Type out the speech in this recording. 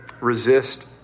resist